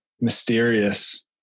mysterious